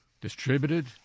Distributed